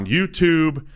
YouTube